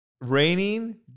Raining